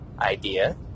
idea